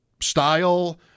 style